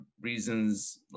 reasons